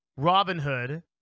Robinhood